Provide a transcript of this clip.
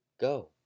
Go